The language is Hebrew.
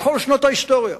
כל שנות ההיסטוריה.